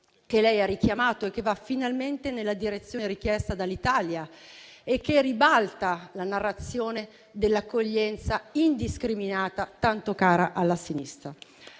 che lei ha richiamato e che va finalmente nella direzione richiesta dall'Italia, ribaltando la narrazione dell'accoglienza indiscriminata, tanto cara alla sinistra.